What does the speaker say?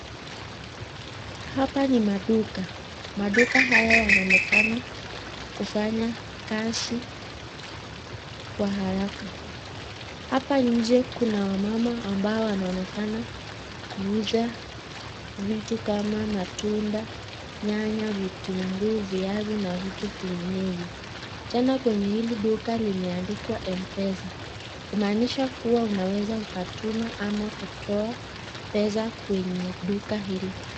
Hapa ni maduka. Maduka haya yanaonekana kufanya kazi kwa haraka. Hapa nje kuna wamama ambao wanaonekana kuuza vitu kama matunda, nyanya, vitunguu, viazi na vitu vinginevyo. Tena kwenye hili duka limeandikwa M-pesa, kumaanisha kuwa unaweza ukatuma ama kutoa pesa kwenye duka hili.